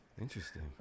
Interesting